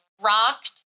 rocked